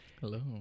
Hello